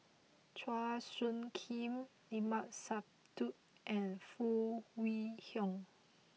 Chua Soo Khim Limat Sabtu and Foo Kwee Horng